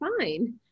fine